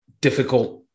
difficult